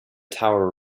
tower